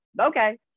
okay